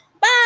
Bye